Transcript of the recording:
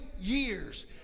years